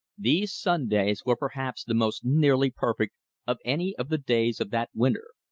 these sundays were perhaps the most nearly perfect of any of the days of that winter.